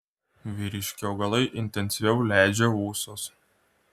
vyriški augalai intensyviau leidžia ūsus